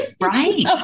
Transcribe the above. Right